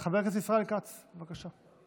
חבר הכנסת ישראל כץ, בבקשה.